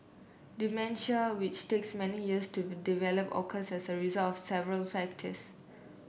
dementia which takes many years to develop occurs as a result of several factors